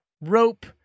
rope